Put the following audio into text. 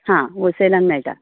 हां होलसेलान मेळटा